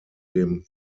dem